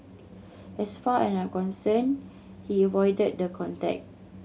as far as I'm concerned he is voided the contract